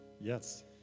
Yes